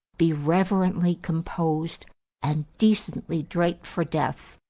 be reverently composed and decently draped for death,